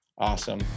Awesome